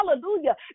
Hallelujah